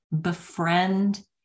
befriend